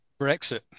Brexit